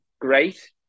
great